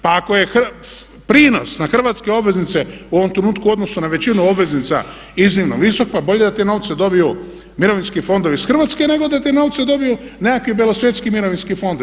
Pa ako je prinos na hrvatske obveznice u ovom trenutku u odnosu na većinu obveznica iznimno visok pa bolje da te novce dobiju mirovinski fondovi iz Hrvatske nego da te novce dobiju nekakvi bjelosvjetski mirovinski fondovi.